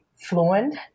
fluent